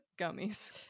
gummies